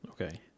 okay